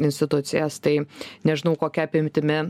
institucijas tai nežinau kokia apimtimi